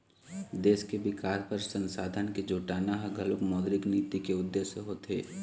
देश के बिकास बर संसाधन के जुटाना ह घलोक मौद्रिक नीति के उद्देश्य होथे